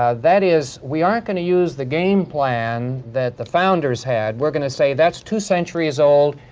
ah that is, we aren't gonna use the game plan that the founders had. we're gonna say, that's two centuries old.